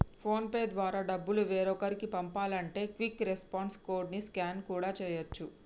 phone pay ద్వారా డబ్బులు వేరొకరికి పంపాలంటే క్విక్ రెస్పాన్స్ కోడ్ ని స్కాన్ కూడా చేయచ్చు